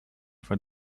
for